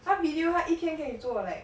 她 video 她一天可以做 like